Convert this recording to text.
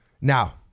Now